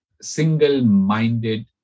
single-minded